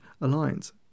alliance